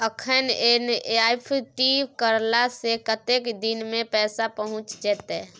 अखन एन.ई.एफ.टी करला से कतेक दिन में पैसा पहुँच जेतै?